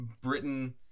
Britain